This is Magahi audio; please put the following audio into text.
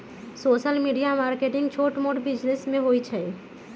सोशल मीडिया मार्केटिंग छोट मोट बिजिनेस में होई छई